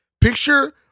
Picture